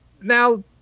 now